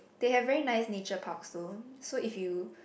they have very nice nature parks though so if you